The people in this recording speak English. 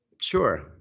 sure